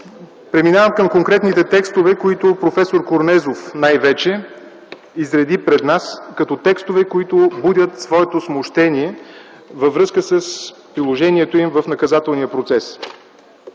Преминавам към конкретните текстове, които проф. Корнезов изреди пред нас като текстове, които будят смущение във връзка с приложението им в наказателния процес.